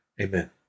amen